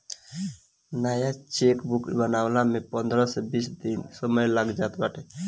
नया चेकबुक बनला में पंद्रह से बीस दिन के समय लाग जात बाटे